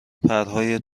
پرهای